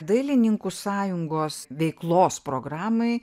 dailininkų sąjungos veiklos programai